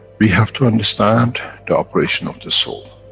we have to understand the operation of the soul.